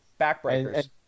Backbreakers